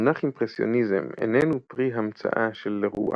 המונח אימפרסיוניזם איננו פרי המצאה של לרואה,